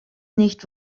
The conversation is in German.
nicht